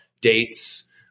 dates